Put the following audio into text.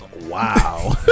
Wow